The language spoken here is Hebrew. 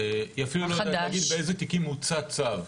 היא אפילו לא יודעת להגיד באיזה תיקים הוצא צו,